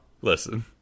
listen